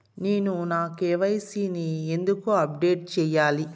నేను నా కె.వై.సి ని ఎందుకు అప్డేట్ చెయ్యాలి?